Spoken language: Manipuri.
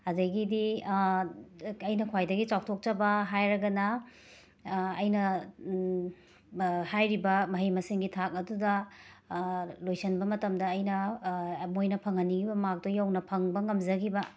ꯑꯗꯒꯤꯗꯤ ꯑꯩꯅ ꯈ꯭ꯋꯥꯏꯗꯒꯤ ꯆꯥꯎꯊꯣꯛꯆꯕ ꯍꯥꯏꯔꯒꯅ ꯑꯩꯅ ꯍꯥꯏꯔꯤꯕ ꯃꯍꯩ ꯃꯁꯤꯡꯒꯤ ꯊꯥꯛ ꯑꯗꯨꯗ ꯂꯣꯏꯁꯟꯕ ꯃꯇꯝꯗ ꯑꯩꯅ ꯃꯣꯏꯅ ꯐꯪꯍꯟꯅꯤꯡꯉꯤꯕ ꯃꯥꯔꯛꯇꯣ ꯌꯧꯅ ꯐꯪꯕ ꯉꯝꯖꯈꯤꯕ